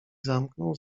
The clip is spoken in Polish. zamknął